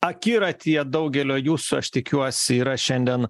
akiratyje daugelio jūsų aš tikiuosi yra šiandien